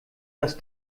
das